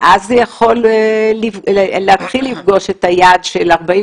אז זה יכול להתחיל לפגוש את היעד של 45